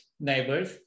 neighbors